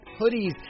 hoodies